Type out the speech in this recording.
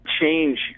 change